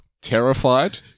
Terrified